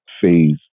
phase